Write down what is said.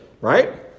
right